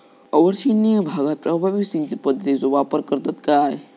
अवर्षणिय भागात प्रभावी सिंचन पद्धतीचो वापर करतत काय?